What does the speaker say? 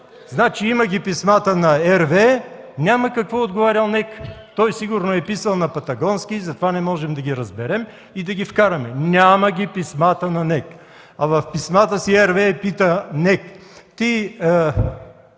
Значи има ги писмата на RWE, няма какво е отговарял НЕК. Той сигурно е писал на патагонски, затова не можем да ги разберем и да ги вкараме. Няма ги писмата на НЕК. В писмата си RWE пита НЕК: